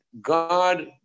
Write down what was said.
God